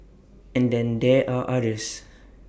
and then there are others